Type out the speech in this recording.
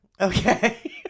Okay